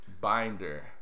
Binder